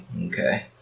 Okay